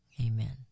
Amen